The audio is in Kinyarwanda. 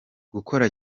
gukora